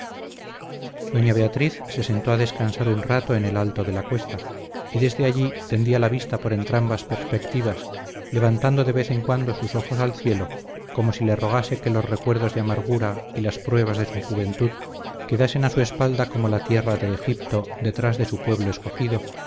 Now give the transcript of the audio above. doña beatriz se sentó a descansar un rato en el alto de la cuesta y desde allí tendía la vista por entrambas perspectivas levantando de vez en cuando sus ojos al cielo como si le rogase que los recuerdos de amargura y las pruebas de su juventud quedasen a su espalda como la tierra de egipto detrás de su pueblo escogido